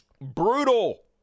brutal